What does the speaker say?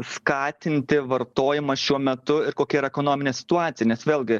skatinti vartojimą šiuo metu ir kokia yra ekonominė situacija nes vėlgi